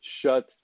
shut